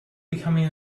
becoming